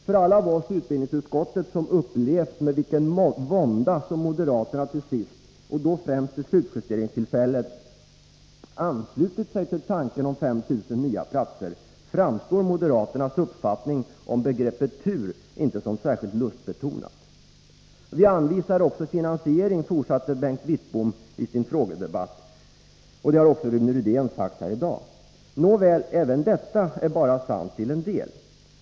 För alla av oss i utbildningsutskottet som upplevt med vilken vånda som moderaterna till sist, och då främst vid slutjusteringstillfället, anslutit sig till tanken om 5 000 nya platser, framstår moderaternas uppfattning om begreppet ”tur” inte som särskilt lustbetonad. Vi anvisar också finansiering, fortsatte Bengt Wittbom i frågedebatten. Det har också Rune Rydén sagt här i dag. Nåväl, även detta är bara sant till en del.